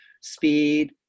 speed